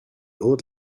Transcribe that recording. old